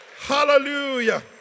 Hallelujah